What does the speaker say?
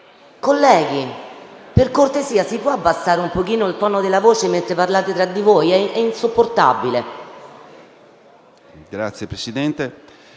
Colleghi, per cortesia, si può diminuire un pochino il tono della voce mentre parlate tra di voi? È insopportabile. GIROTTO, *relatore*.